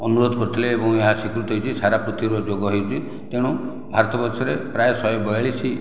ଅନୁରୋଧ କରିଥିଲେ ଏବଂ ଏହା ସ୍ୱୀକୃତ ହୋଇଛି ସାରା ପୃଥିବୀରେ ଯୋଗ ହୋଇଛି ତେଣୁ ଭାରତ ବର୍ଷରେ ପ୍ରାୟ ଶହେ ବୟାଳିଶ